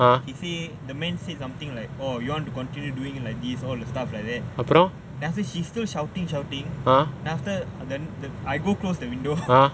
he say the man said something like or you want to continue doing doing like this all the stuff like that then she still shouting shouting then after that then then I go close the window